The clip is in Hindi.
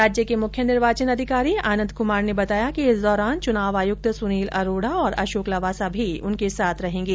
राज्य के मुख्य निर्वाचन अधिकारी आनंद कुमार ने बताया कि इस दौरान चुनाव आयुक्त सुनील अरोड़ा और अशोक लवासा भी उनके साथ रहेंगे